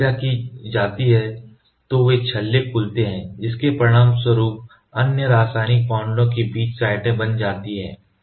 जब प्रतिक्रिया की जाती है तो ये छल्ले खुलते हैं जिसके परिणामस्वरूप अन्य रासायनिक बांडों के लिए साइटें बन जाती हैं